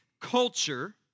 culture